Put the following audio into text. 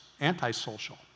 antisocial